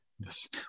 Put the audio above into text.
Yes